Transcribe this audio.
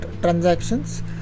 transactions